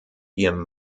ihrem